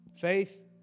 Faith